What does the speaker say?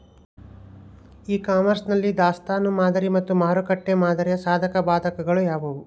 E commerce ನಲ್ಲಿ ದಾಸ್ತನು ಮಾದರಿ ಮತ್ತು ಮಾರುಕಟ್ಟೆ ಮಾದರಿಯ ಸಾಧಕಬಾಧಕಗಳು ಯಾವುವು?